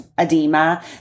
edema